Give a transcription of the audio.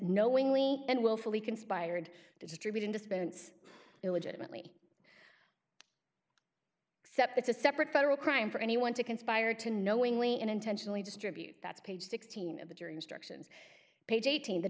knowingly and willfully conspired to distribute dispense illegitimately except it's a separate federal crime for anyone to conspire to knowingly and intentionally distribute that's page sixteen of the jury instructions page eighteen t